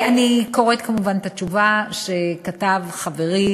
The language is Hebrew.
אני קוראת כמובן את התשובה שכתב חברי